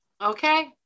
Okay